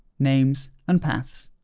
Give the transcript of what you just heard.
names, and paths.